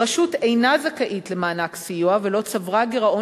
הרשות אינה זכאית למענק סיוע ולא צברה גירעון